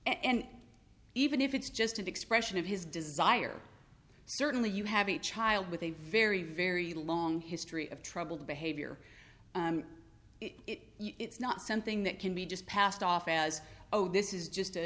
and even if it's just an expression of his desire certainly you have a child with a very very long history of troubled behavior it it's not something that can be just passed off as oh this is just a